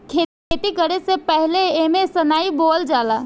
खेती करे से पहिले एमे सनइ बोअल जाला